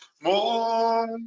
More